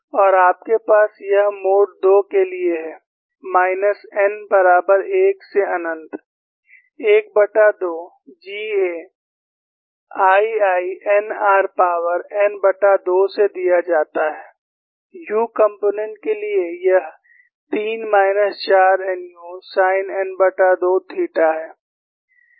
और आपके पास यह मोड 2 के लिए है माइनस n बराबर 1 से अनंत12 G A II n r power n2 से दिया जाता है u कंपोनेंट के लिए यह 3 माइनस 4 nu साइन n2 थीटा है